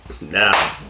Now